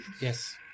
yes